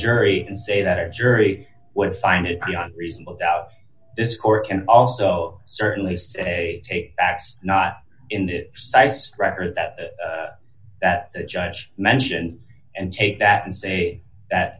jury and say that our jury would find it beyond reasonable doubt this court can also certainly say facts not in the record that that judge mentioned and take that and say that